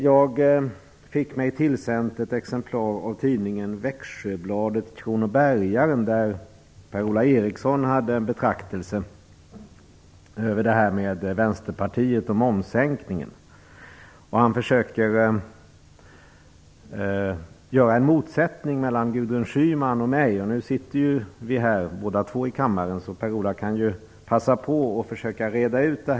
Jag fick mig tillsänt ett exemplar av tidningen Växjöbladet-Kronobergaren, där Per-Ola Eriksson har en betraktelse över Vänsterpartiet och momssänkningen. Han försöker skapa en motsättning mellan Gudrun Schyman och mig. I dag finns vi båda i kammaren, så Per-Ola Eriksson kan passa på att försöka reda ut detta.